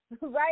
right